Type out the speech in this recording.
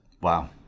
Wow